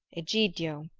egidio,